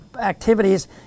activities